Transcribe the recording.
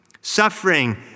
suffering